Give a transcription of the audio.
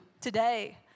today